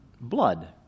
blood